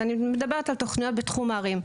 ואני מדברת על תוכניות בתחום הערים.